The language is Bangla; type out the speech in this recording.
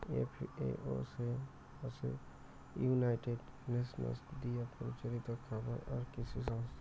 এফ.এ.ও হসে ইউনাইটেড নেশনস দিয়াপরিচালিত খাবার আর কৃষি সংস্থা